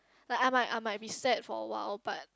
like I might I might be sad for awhile but